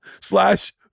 slash